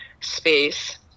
space